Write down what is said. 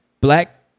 black